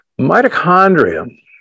mitochondria